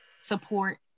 support